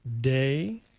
day